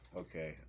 Okay